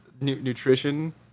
nutrition